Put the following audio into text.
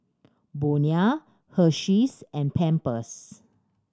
Bonia Hersheys and Pampers